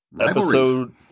episode